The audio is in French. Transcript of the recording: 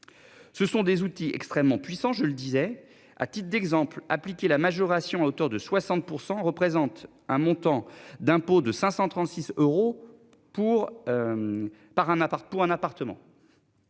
Ce sont des outils extrêmement puissants, je le disais à titre d'exemple, appliquer la majoration hauteur de 60%, représentent un montant d'impôt de 536 euros pour. Par un appart